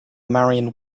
marion